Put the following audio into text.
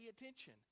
attention